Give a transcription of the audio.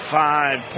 five